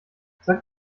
sag